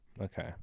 okay